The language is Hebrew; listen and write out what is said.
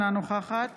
אינה נוכחת